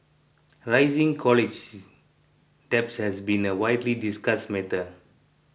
rising college debt has been a widely discussed matter